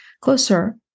closer